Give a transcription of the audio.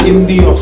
India